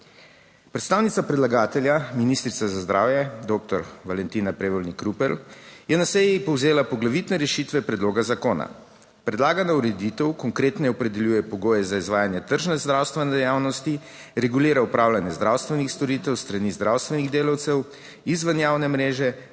Predstavnica predlagatelja, ministrica za zdravje doktor Valentina Prevolnik Rupel, je na seji povzela poglavitne rešitve predloga zakona. Predlagana ureditev konkretneje opredeljuje pogoje za izvajanje tržne zdravstvene dejavnosti, regulira opravljanje zdravstvenih storitev s strani zdravstvenih delavcev izven javne mreže